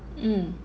mm